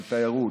של תיירות,